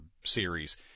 series